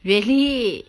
really